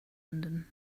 london